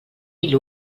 mil